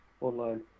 Online